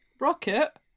Rocket